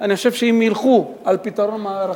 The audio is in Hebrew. אם ילכו על פתרון מערכתי,